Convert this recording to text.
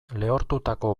lehortutako